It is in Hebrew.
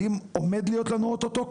האם עומד להיות לנו איתה אוטוטו?